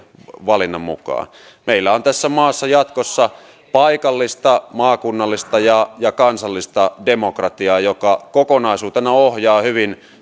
valinnan mukaan meillä on tässä maassa jatkossa paikallista maakunnallista ja ja kansallista demokratiaa joka kokonaisuutena ohjaa hyvin